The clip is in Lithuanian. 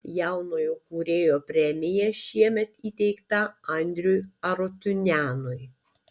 jaunojo kūrėjo premija šiemet įteikta andriui arutiunianui